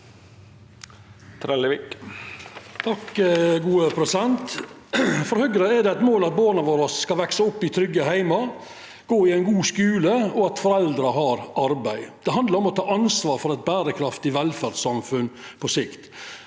For Høgre er det eit mål at borna våre skal veksa opp i trygge heimar, gå i ein god skule, og at foreldra har arbeid. Det handlar om å ta ansvar for eit berekraftig velferdssamfunn på sikt.